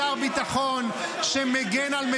שר הביטחון הזה מסוגל,